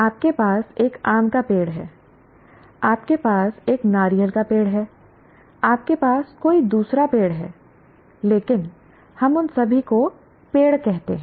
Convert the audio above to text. आपके पास एक आम का पेड़ है आपके पास एक नारियल का पेड़ है आपके पास कोई दूसरा पेड़ है लेकिन हम उन सभी को पेड़ कहते हैं